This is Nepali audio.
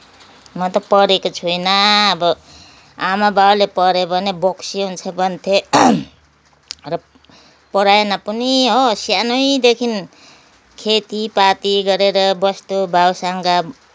म त पढेको छुइनँ अब आमा बाउले पढ्यो भने बोक्सी हुन्छ भन्थे र पढाएन पनि हो सानैदेखि खेतीपाती गरेर बस्तु भाउसँग